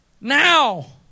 now